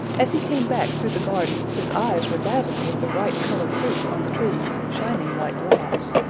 as he came back through the garden, his eyes were dazzled with the bright-coloured fruits on the trees, shining like glass.